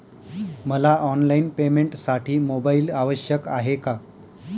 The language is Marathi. मला ऑनलाईन पेमेंटसाठी मोबाईल आवश्यक आहे का?